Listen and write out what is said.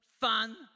fun